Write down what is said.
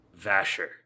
Vasher